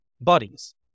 bodies